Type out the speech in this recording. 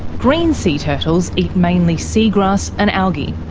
green sea turtles eat mainly seagrass and algae.